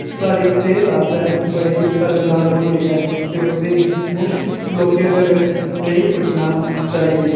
साढ़ी सेह्त आस्तै बड़ी खतरनाक होंदी ऐ ते उसदी मुश्क लोकें धोड़ी नेईं पुज्जना चाहिदी